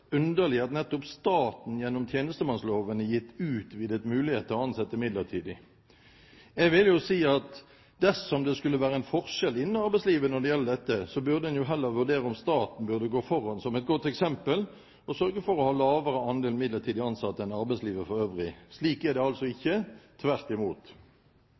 underlig at nettopp staten gjennom tjenestemannsloven er gitt utvidet mulighet til å ansette midlertidig. Jeg vil jo si at dersom det skulle være en forskjell innen arbeidslivet når det gjelder dette, burde en heller vurdere om staten burde gå foran som et godt eksempel og sørge for å ha lavere andel midlertidig ansatte enn arbeidslivet for øvrig. Slik er det altså ikke – tvert imot.